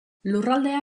lurraldea